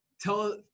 tell